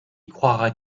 croiras